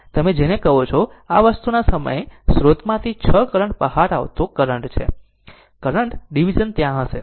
આ તમે જેને કહો છો તે આ વસ્તુના સમયે સ્ત્રોતમાંથી 6 કરંટ બહાર આવતો કરંટ છે કરંટ ડીવીઝન ત્યાં હશે